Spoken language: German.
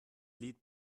lied